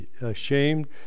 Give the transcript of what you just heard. ashamed